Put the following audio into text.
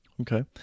Okay